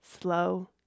slow